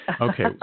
Okay